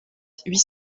huit